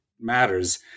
matters